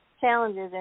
challenges